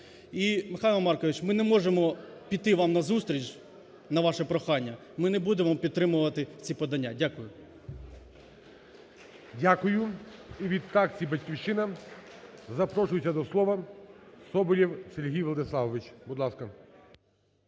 І, Михайло Маркович, ми не можемо піти вам на зустріч на ваше прохання, ми не будемо підтримувати ці подання. Дякую. ГОЛОВУЮЧИЙ. Дякую. Від фракції "Батьківщина" запрошується до слова Соболєв Сергій Владиславович. Будь ласка.